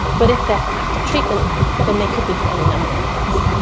but if they are for active treatment then they could be for any number of things.